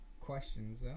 questions